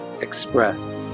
express